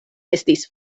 estis